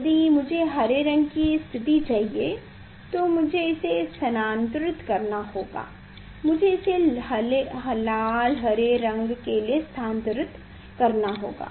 यदि मुझे हरे रंग की स्थिति चाहिए तो मुझे इसे स्थानांतरित करना होगा मुझे इसे लाल हरे रंग के लिए स्थानांतरित करना होगा